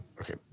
okay